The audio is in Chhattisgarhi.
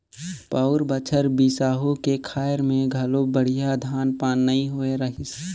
पउर बछर बिसाहू के खायर में घलो बड़िहा धान पान नइ होए रहीस